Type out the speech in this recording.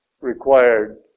required